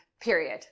Period